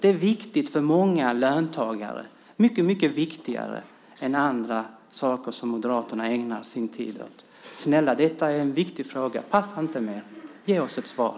Det är viktigt för många löntagare, mycket viktigare än andra saker som Moderaterna ägnar sin tid åt. Snälla, detta är en viktig fråga. Passa inte mer! Ge oss ett svar!